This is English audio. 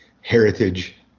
heritage